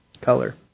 color